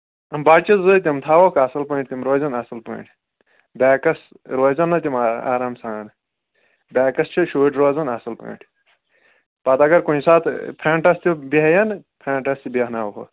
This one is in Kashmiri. بچہٕ زٕ تِم تھاوہوکھ اَصٕل پٲٹھۍ تِم روزن اَصٕل پٲٹھۍ بیکَس روزن نا تِم آرام سان بیکَس چھِ شُرۍ روزَن اَصٕل پٲٹھۍ پَتہٕ اگر کُنہِ ساتہٕ فرٛنٛٹَس تہِ بیٚہن فرٛٮ۪نٛٹَس تہِ بیٚہناوہوکھ